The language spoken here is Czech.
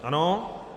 Ano.